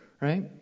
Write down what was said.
right